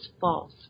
false